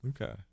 Okay